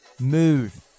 move